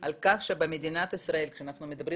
על כך שבמדינת ישראל כשאנחנו מדברים